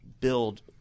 build